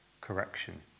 correction